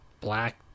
black